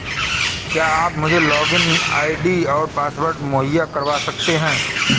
क्या आप मुझे लॉगिन आई.डी और पासवर्ड मुहैय्या करवा सकते हैं?